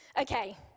Okay